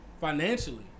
Financially